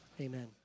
amen